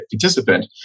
participant